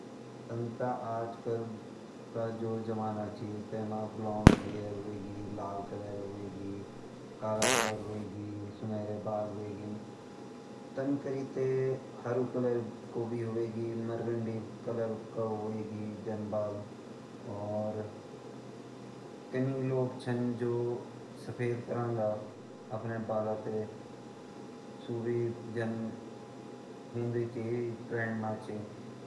तन ता आजकल का जु जमाना छु तै म ब्लांड हेयर होएगी लाल कलर होएगी काला कलर होएगी सुनहरा बाल होएगी तन करी तै हरू कलर कु भी होएगी बरगंडी कलर का होएगी जन बाल और तनी लोग छन जो सफेद करांदा अपने बाल तैं सु वे जन होंद ही छ टेंªड म छ।